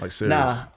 Nah